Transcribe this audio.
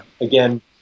again